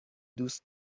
دوست